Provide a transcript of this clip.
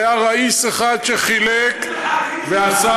והיה ראיס אחד שחילק ועשה,